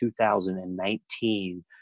2019